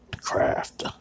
craft